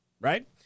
Right